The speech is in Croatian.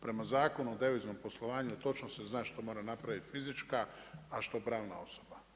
Prema Zakonu o deviznom poslovanju točno se zna što mora napraviti fizička, a što pravna osoba.